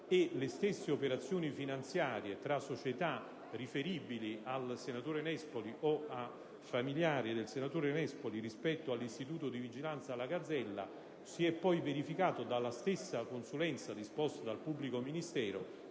e le stesse operazioni finanziarie tra società riferibili al senatore Nespoli o a familiari del senatore Nespoli rispetto all'istituto di vigilanza La Gazzella si è poi verificato, dalla stessa consulenza disposta dal pubblico ministero,